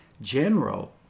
general